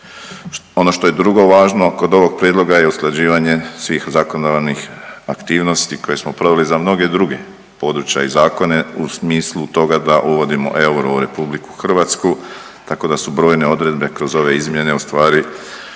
Ono što je drugo važno kod ovog prijedloga je usklađivanje svih zakonodavnih aktivnosti koje smo proveli za mnoge druge područja i zakone u smislu toga da uvodimo euro u RH, tako da su brojne odredbe kroz ove izmjene ustvari brojčane